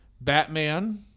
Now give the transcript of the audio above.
Batman